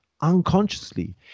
unconsciously